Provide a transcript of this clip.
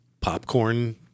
popcorn